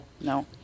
No